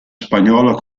spagnolo